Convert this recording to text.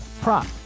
prop